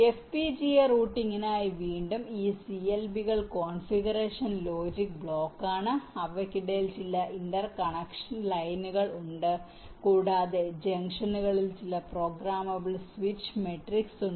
FPGA റൂട്ടിംഗിനായി വീണ്ടും ഈ CLB കൾ കോൺഫിഗറേഷൻ ലോജിക് ബ്ലോക്ക് ആണ് അവയ്ക്കിടയിൽ ചില ഇന്റർകണക്ഷൻ ലൈനുകൾ ഉണ്ട് കൂടാതെ ജംഗ്ഷനുകളിൽ ചില പ്രോഗ്രാമബിൾ സ്വിച്ച് മെട്രിക്സ് ഉണ്ട്